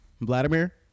Vladimir